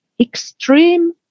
extreme